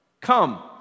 come